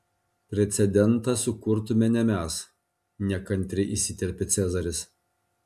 precedentą sukurtume ne mes nekantriai įsiterpė cezaris